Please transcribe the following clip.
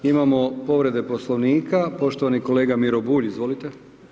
Imamo povrede poslovnika, poštovani kolega Miro Bulj, izvolite.